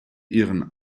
ihren